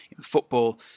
football